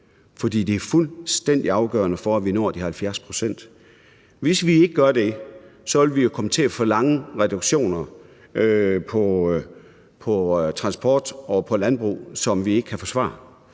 det er fuldstændig afgørende for, at vi når de 70 pct. Hvis vi ikke gør det, ville vi jo komme til at forlange reduktioner på transport og på landbrug, som vi ikke kan forsvare.